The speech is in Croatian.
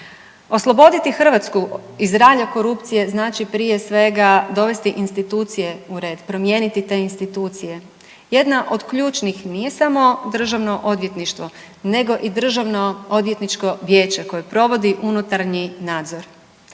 Osloboditi Hrvatsku iz ralja korupcije znači prije svega dovesti institucije u red, promijeniti te institucije. Jedna od ključnih nije samo državno odvjetništvo nego i Državno odvjetničko vijeće koje provodi unutarnji nadzor.